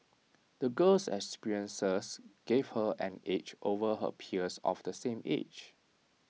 the girl's experiences gave her an edge over her peers of the same age